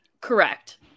Correct